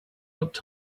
looked